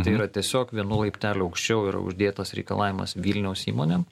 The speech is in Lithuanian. tai yra tiesiog vienu laipteliu aukščiau yra uždėtas reikalavimas vilniaus įmonėm